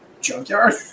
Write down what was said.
junkyard